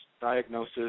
diagnosis